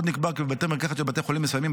עוד נקבע כי בבתי מרקחת של בתי חולים מסוימים,